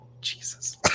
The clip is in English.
Jesus